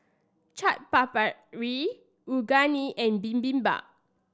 Chaat Papri Unagi and Bibimbap